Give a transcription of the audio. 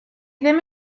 ddim